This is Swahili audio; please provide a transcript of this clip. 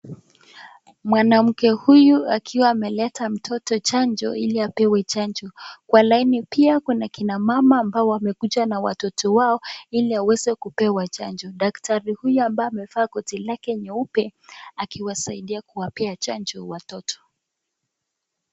Mwanamke huyu akiwa ameleta mtoto chanjo ili apewe chanjo. Kwa laini pia kuna kina mama ambao wamekuja na watoto wao ili waweze kupewa chanjo. Daktari huyu ambaye amevaa koto lake nyeupe akiwasaidia kuwapea chanjo watoto.